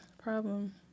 problem